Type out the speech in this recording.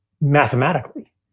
mathematically